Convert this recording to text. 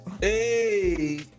Hey